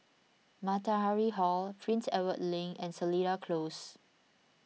Matahari Hall Prince Edward Link and Seletar Close